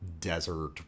desert